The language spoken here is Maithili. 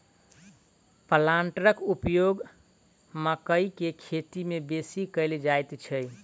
प्लांटरक उपयोग मकइ के खेती मे बेसी कयल जाइत छै